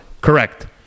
Correct